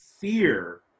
fear